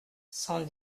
cent